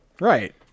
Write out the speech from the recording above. Right